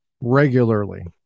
Regularly